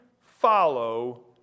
follow